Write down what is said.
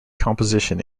composition